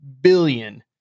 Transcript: billion